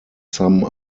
some